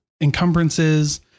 encumbrances